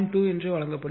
2 வழங்கப்படுகிறது